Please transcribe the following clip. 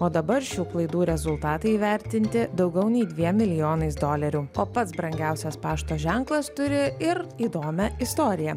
o dabar šių klaidų rezultatai įvertinti daugiau nei dviem milijonais dolerių o pats brangiausias pašto ženklas turi ir įdomią istoriją